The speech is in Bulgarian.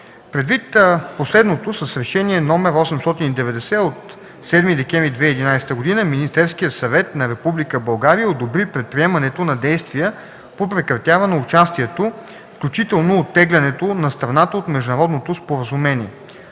Предвид последното, с Решение № 890 от 7 декември 2011 г. Министерският съвет на Република България одобри предприемането на действия по прекратяване участието, включително оттеглянето, на страната от Международното споразумение.